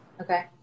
Okay